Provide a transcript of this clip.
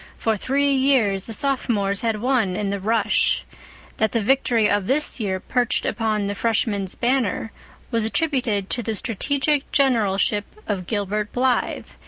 for three years the sophomores had won in the rush that the victory of this year perched upon the freshmen's banner was attributed to the strategic generalship of gilbert blythe,